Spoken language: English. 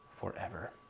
forever